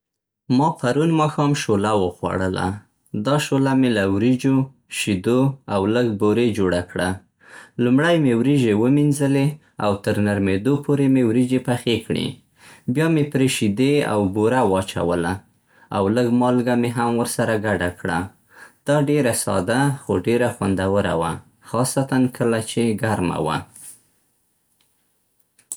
ما پرون ماښام شوله وخوړله. دا شوله مې له وریجو، شیدو او لږ بورې جوړه کړه. لومړی مې وریجې ومینځلې او تر نرمېدو پورې مې وریجې پخې کړې. بیا مې پرې شیدې او بوره واچوله او لږ مالګه مې هم ورسره ګډه کړه. دا ډېره ساده، خو ډېره خوندوره وه، خاصتاً کله چې ګرمه وه.